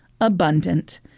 abundant